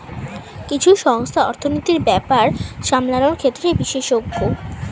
কিছু সংস্থা অর্থনীতির ব্যাপার সামলানোর ক্ষেত্রে বিশেষজ্ঞ